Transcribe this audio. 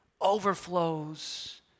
overflows